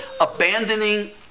abandoning